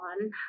on